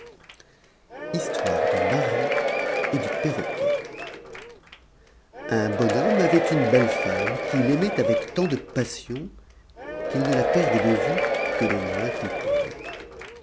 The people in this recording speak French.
histoire du mari et du perroquet un bonhomme avait une belle femme qu'il aimait avec tant de passion qu'il ne la perdait de vue que le moins qu'il pouvait